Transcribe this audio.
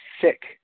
sick